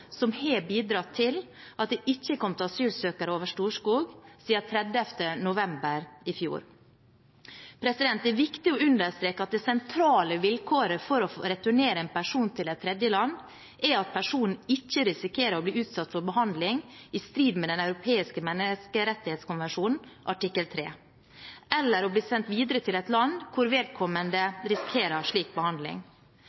som har bidratt til at det ikke er kommet asylsøkere over Storskog siden 30. november i fjor. Det er viktig å understreke at det sentrale vilkåret for å returnere en person til et tredjeland er at personen ikke risikerer å bli utsatt for behandling i strid med Den europeiske menneskerettighetskonvensjonen artikkel 3 eller å bli sendt videre til et land hvor vedkommende